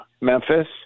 Memphis